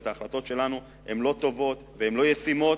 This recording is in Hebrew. וההחלטות שלנו לא טובות והן לא ישימות.